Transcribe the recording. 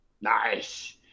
Nice